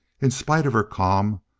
in spite of her calm,